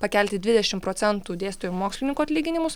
pakelti dvidešim procentų dėstytojų mokslininkų atlyginimus